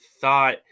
thought